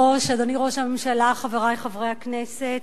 חברי חברי הכנסת,